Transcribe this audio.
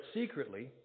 secretly